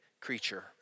creature